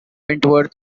wentworth